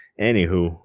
Anywho